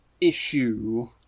issue